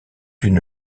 une